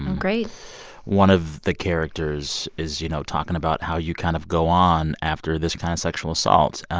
great one of the characters is, you know, talking about how you kind of go on after this kind of sexual assault.